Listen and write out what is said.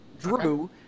Drew